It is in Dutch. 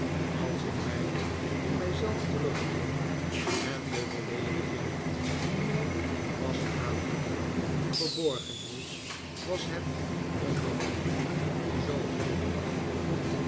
als ik mij in mij zelf terugtrok en de beleediging die mij was aangedaan verborgen hield was het omdat ik u zoo